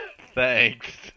Thanks